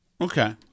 Okay